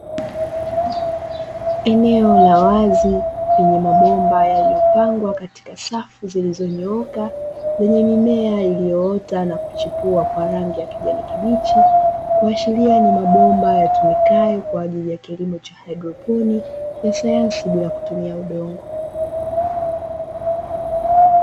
Eneo la wazi lenye mabomba yaliyopangwa katika safu zilizonyooka zenye mimea iliyoota na kuchipua kwa rangi ya kijani kibichi, kuashiria ni mabomba yatumikayo kwa ajili ya kilimo cha haidroponi cha sayansi bila kutumia udongo.